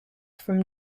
from